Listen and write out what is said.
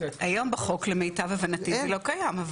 היום בחוק, למיטב הבנתי, זה לא קיים.